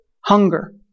hunger